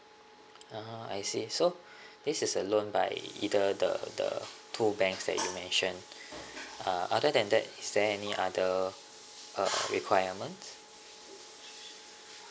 (uh huh) I see so this is a loan by either the the two banks that you mention uh other than that is there any other uh requirements